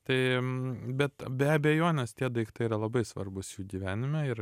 tai bet be abejonės tie daiktai yra labai svarbūs jų gyvenime ir